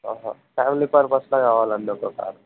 ఆహా ఫ్యామిలీ పర్పస్లో కావాలండి ఒక కారు